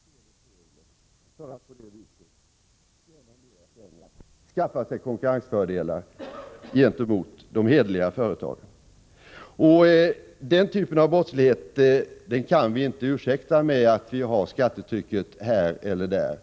ställer sig vid sidan av spelets regler för att på det viset tjäna mera pengar och skaffa sig konkurrensfördelar gentemot de hederliga företagen. Den typen av brottslighet kan vi inte ursäkta med att skattetrycket ligger här eller där.